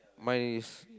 mine is